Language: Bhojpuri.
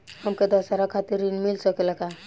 हमके दशहारा खातिर ऋण मिल सकेला का?